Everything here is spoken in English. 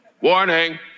Warning